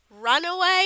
Runaway